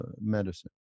medicine